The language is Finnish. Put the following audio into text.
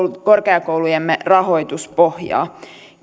korkeakoulujemme rahoituspohjaa